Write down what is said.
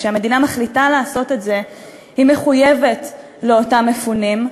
כשהמדינה מחליטה לעשות את זה היא מחויבת לאותם מפונים,